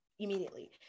Immediately